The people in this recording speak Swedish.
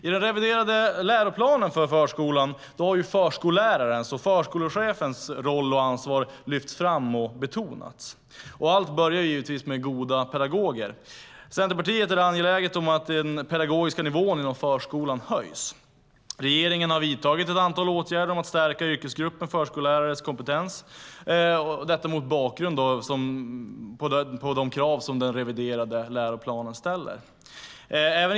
I den reviderade läroplanen för förskolan har förskollärarens och förskolechefens roll och ansvar lyfts fram och betonats. Allt börjar givetvis med goda pedagoger. Centerpartiet är angeläget om att den pedagogiska nivån inom förskolan höjs. Mot bakgrund av de krav som den reviderade läroplanen ställer har regeringen vidtagit ett antal åtgärder för att stärka yrkesgruppen förskollärares kompetens.